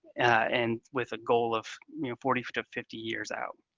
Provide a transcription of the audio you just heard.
and with a goal of forty to fifty years out.